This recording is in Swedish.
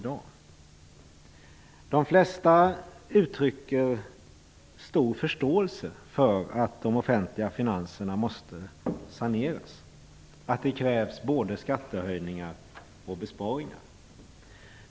De flesta uttrycker stor förståelse för att de offentliga finanserna måste saneras, för att det krävs både skattehöjningar och besparingar.